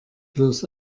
bloß